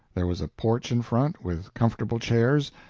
there was a porch in front, with comfortable chairs.